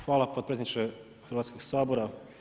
Hvala potpredsjedniče Hrvatskog sabora.